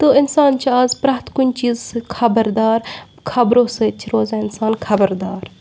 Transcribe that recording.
تہٕ اِنسان چھُ آز پرٛٮ۪تھ کُنہِ چیٖزٕ سۭتۍ خبردار خبرو سۭتۍ چھِ روزان اِنسان خبردار